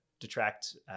detract